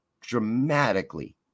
dramatically